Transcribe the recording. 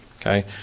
Okay